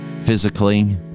physically